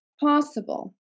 possible